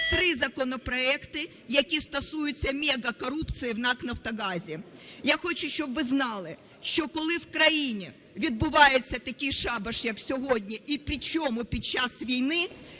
три законопроекти, які стосуються мегакорупції в НАК "Нафтогазі". Я хочу, щоб ви знали, що коли в країні відбувається такий шабаш, як сьогодні, і причому під час війни,